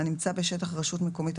התשפ"א 2021,